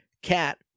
cat